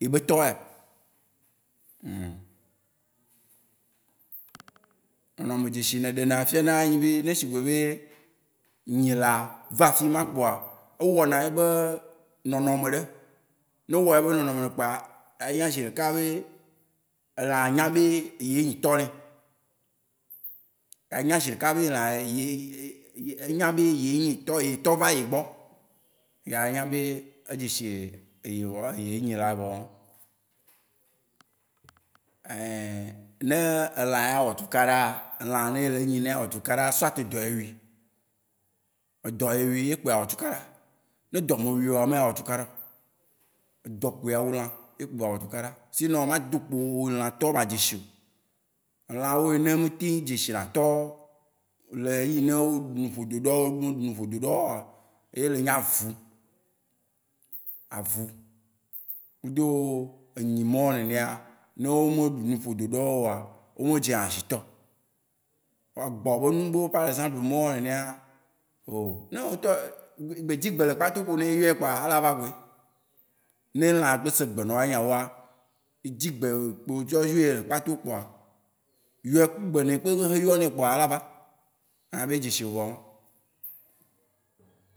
ye be tɔ eya. Nɔnɔme, dzesi si yine wò ɖena fia na, ye nyi be ne sigbe be nyĩla va afima kpoa, ewɔ na ye be nɔnɔme ɖe. Ne ewɔ ye be nɔnɔme kpoa, anya ziɖeka be, elãa nyã de be eyee nyi tɔ ne. Anya ziɖeka be elã ye enyã be eyee nyi tɔ. Yetɔ va ye gbɔ. Ye anya be edze si ye enyĩ la vɔ. ne elã awɔ tukaɖa a, elã ne ele enyĩ, ne awɔ tukaɖa a, soit dɔ ye wui. Edɔ ye wui, ye kpoe woa wò tukaɖa. Ne edɔ me wui owa, me awɔ tukaɖa o. Edɔ kpoe awu lã ye kpo ba wɔ tukaɖa. Sinon ma ado kpo ewo lã tɔ ma dze sio. Elã wó yine mete dzesi na tɔwó le ɣeyiɣi ne wó ɖu nu ƒodo ɖɔ wó, wo me ɖu nu ƒodo ɖɔ wó owa, eye le nyi avu, avu kudo enyĩ mawó nenea, ne wó me ɖu nu ƒodo ɖɔ wó owa, wò me dzea si tɔ oo. Vɔa egbɔ be nuɖewo par exemple mao nenea, oo ne wò ŋutɔ gbe dzi gbe le kpa to kpo ne eyɔe kpɔa ela va ɖue. Ne elã gbe se egbe nawo nyanya wóa, edzi gbe kpo tsɔ yɔe le kpa to kpoa, yɔe, gbe ne yi gbe xe yɔnae kpoa ela va. Anya be edze si wo vɔ.